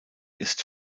ist